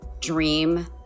dream